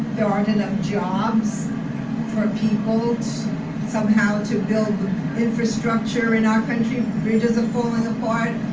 there aren't enough jobs for people somehow to build the infrastructure in our country. bridges are falling apart.